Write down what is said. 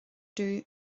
dom